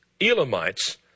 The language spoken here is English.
Elamites